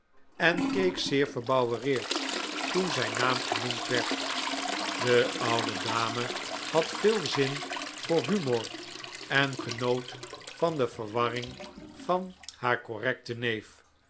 en keek zeer verbouwereerd toen zijn naam genoemd werd de oude dame had veel zin voor humor en genoot van de verwarring van haar correcten neef